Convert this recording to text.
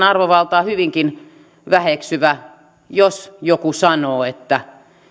arvovaltaa hyvinkin väheksyvää jos joku sanoo että